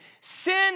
Sin